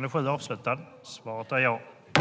European Spallation Source Eric